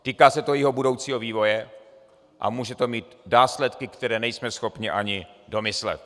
Týká se to jejího budoucího vývoje a může to mít následky, které nejsme schopni ani domyslet.